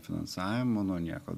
finansavimo nuo nieko